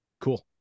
Cool